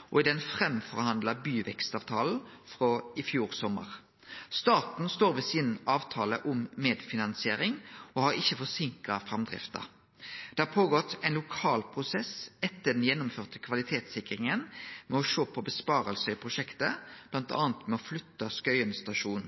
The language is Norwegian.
og Akershus frå 2017 og i den byvekstavtalen som er forhandla fram, frå i fjor sommar. Staten står ved avtalen om medfinansiering og har ikkje forseinka framdrifta. Det har vore ein lokal prosess etter den gjennomførte kvalitetssikringa med å sjå på innsparingar i prosjektet, bl.a. å flytte Skøyen stasjon.